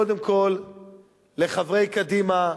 קודם כול לחברי קדימה,